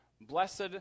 Blessed